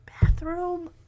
bathroom